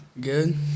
Good